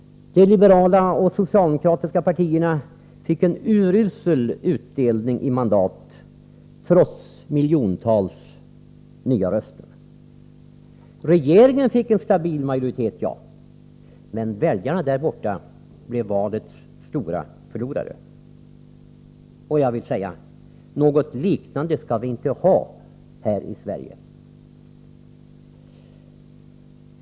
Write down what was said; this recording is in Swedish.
De liberala och socialdemokratiska partierna fick en urusel utdelning i mandat, trots miljontals nya röster. Regeringen fick en stabil majoritet — det är riktigt — men väljarna i England blev valets stora förlorare. Jag vill säga: Något liknande skall vi inte ha här i Sverige.